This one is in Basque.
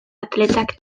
atletak